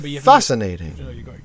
Fascinating